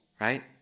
right